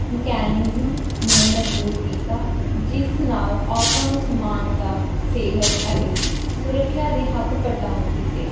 ਮਜਬੂਤ ਕੀਤਾ ਜਿਸ ਨਾਲ ਔਰਤਾਂ ਨੂੰ ਸਮਾਨਤਾ ਸਿਹਤ ਅਤੇ ਸੁਰੱਖਿਆ ਦੇ ਹੱਕ ਪ੍ਰਦਾਨ ਕੀਤੇ ਚੁਣੌਤੀਆਂ ਹਾਲਾਂਕਿ